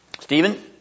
Stephen